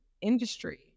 industry